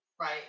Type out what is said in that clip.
Right